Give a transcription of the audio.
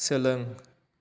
सोलों